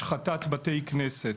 השחתת בתי כנסת.